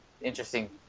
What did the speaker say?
interesting